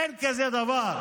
אין כזה דבר.